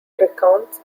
recounts